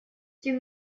тем